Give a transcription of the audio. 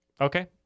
Okay